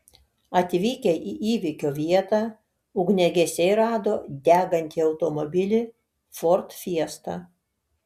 atvykę į įvykio vietą ugniagesiai rado degantį automobilį ford fiesta